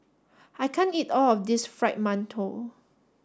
I can't eat all of this fried Mantou